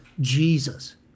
Jesus